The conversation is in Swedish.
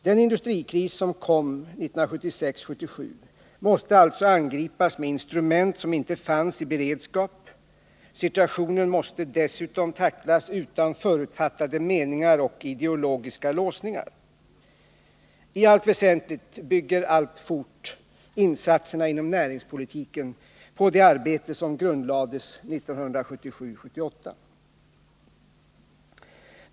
Den industrikris som kom 1976-1977 måste alltså angripas med instrument som inte fanns i beredskap; situationen måste dessutom tacklas utan förutfattade meningar och ideologiska låsningar. I allt väsentligt bygger alltfort insatserna inom näringspolitiken på det arbete som grundlades 1977-1978.